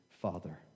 Father